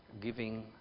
giving